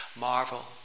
Marvel